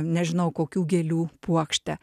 nežinau kokių gėlių puokštę